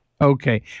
Okay